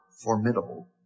formidable